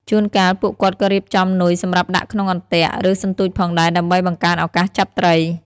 ជួនកាល ពួកគាត់ក៏រៀបចំនុយសម្រាប់ដាក់ក្នុងអន្ទាក់ ឬសន្ទូចផងដែរ ដើម្បីបង្កើនឱកាសចាប់ត្រី។